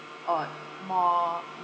or more